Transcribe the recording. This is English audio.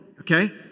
Okay